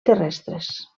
terrestres